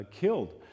killed